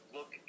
Look